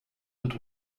mit